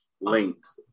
links